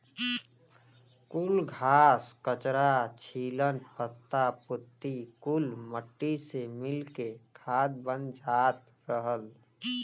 कुल घास, कचरा, छीलन, पत्ता पुत्ती कुल मट्टी से मिल के खाद बन जात रहल